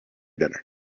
dinner